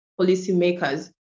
policymakers